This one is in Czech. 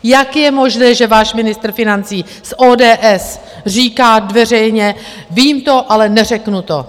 Jak je možné, že váš ministr financí z ODS říká veřejně vím to, ale neřeknu to.